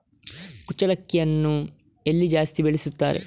ಕುಚ್ಚಲಕ್ಕಿಯನ್ನು ಎಲ್ಲಿ ಜಾಸ್ತಿ ಬೆಳೆಸುತ್ತಾರೆ?